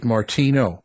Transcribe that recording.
Martino